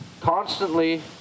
constantly